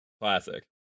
classic